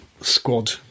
squad